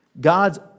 God's